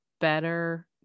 better